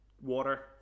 Water